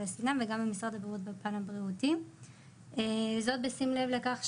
משרד הבריאות עו"ד לינא סאלם משרד המשפטים נעה בן שבת ענת כהן